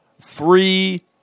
three